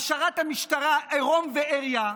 השארת המשטרה ערום ועריה,